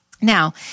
Now